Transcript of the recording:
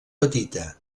petita